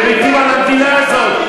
ומתים על המדינה הזאת,